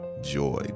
joy